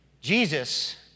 Jesus